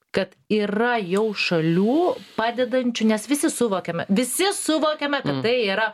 kad yra jau šalių padedančių nes visi suvokiame visi suvokiame kad tai yra